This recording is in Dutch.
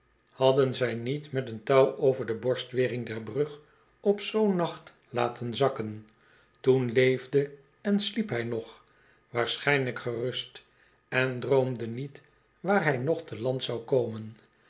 hadden zij niet met een touw over de borstwering der brug op zoo'n nacht laten zakken toen leefde en sliep hij nog waarschijnlijk gerust en droomde niet waar hij nog te land zou komen